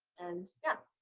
and yeah.